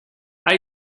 hay